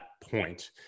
point